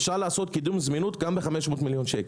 אפשר לעשות קידום זמינות גם ב-500 מיליון שקל,